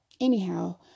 anyhow